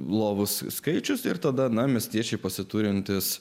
lovos skaičius ir tada ana miestiečiai pasiturintys